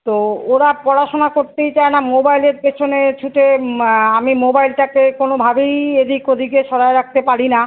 তো ওরা পড়াশোনা করতেই চায় না মোবাইলের পেছনে ছোটে আমি মোবাইলটাকে কোনোভাবেই এদিক ওদিকে সরিয়ে রাখতে পারি না